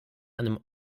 einem